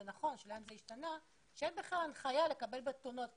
נכון והשאלה אם זה השתנה שאין בכלל הנחיה לקבל תלונות.